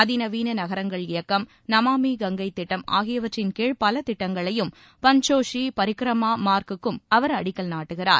அதிநவீன நகரங்கள் இயக்கம் நமாமி கங்கை திட்டம் ஆகியவற்றின்கீழ் பல திட்டங்களையும் பன்ச்கோஷி பரிக்கிரமா மார்கு க்கும் அவர் அடிக்கல் நாட்டுகிறார்